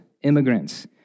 immigrants